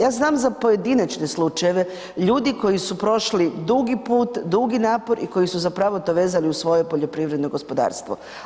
Ja znam za pojedinačne slučajeve, ljudi koji su prošli dugi put, dugi napor i koji su zapravo vezani uz svoje poljoprivredno gospodarstvo.